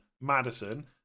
Madison